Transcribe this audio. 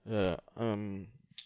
err um